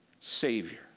Savior